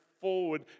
forward